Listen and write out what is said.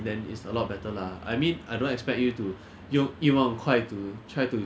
as in no one want to 输 but 你没有那个决定 if 你输 means you lose